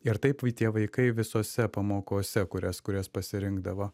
ir taip tie vaikai visose pamokose kurias kurias pasirinkdavo